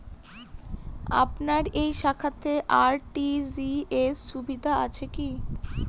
আপনার এই শাখাতে আর.টি.জি.এস সুবিধা আছে কি?